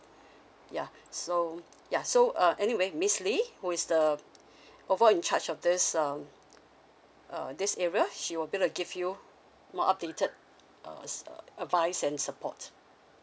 ya so ya so uh anyway miss lee who is the over in charge of this um uh this area she will be like give you more updated err advice and support